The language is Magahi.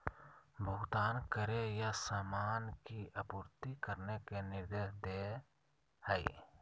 भुगतान करे या सामान की आपूर्ति करने के निर्देश दे हइ